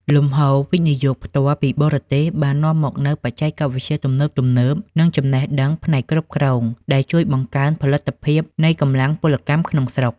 លំហូរ វិនិយោគផ្ទាល់ពីបរទេស បាននាំមកនូវបច្ចេកវិទ្យាទំនើបៗ និងចំណេះដឹងផ្នែកគ្រប់គ្រង ដែលជួយបង្កើនផលិតភាពនៃកម្លាំងពលកម្មក្នុងស្រុក។